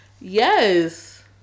Yes